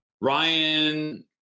Ryan